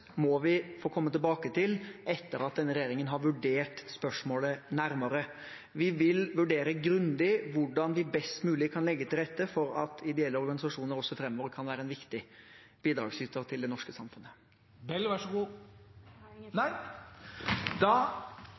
må vi få komme tilbake til etter at denne regjeringen har vurdert spørsmålet nærmere. Vi vil vurdere grundig hvordan vi best mulig kan legge til rette for at ideelle organisasjoner også framover kan være en viktig bidragsyter til det norske samfunnet.